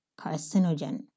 carcinogen